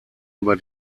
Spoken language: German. über